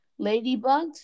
ladybugs